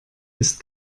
ist